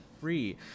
free